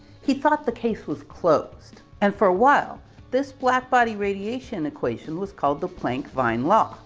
he thought the case was closed. and for a while this black body radiation equation was called the planck-wien law.